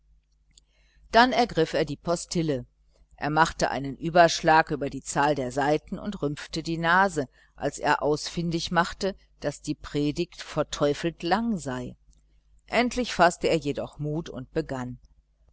dann ergriff er die postille er machte einen überschlag über die zahl der seiten und rümpfte die nase als er ausfindig machte daß die predigt verteufelt lang sei endlich faßte er jedoch mut und begann